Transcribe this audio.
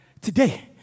today